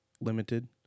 limited